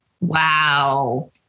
Wow